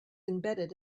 embedded